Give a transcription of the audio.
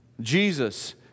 Jesus